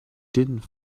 did